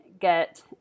get